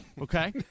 Okay